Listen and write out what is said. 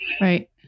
Right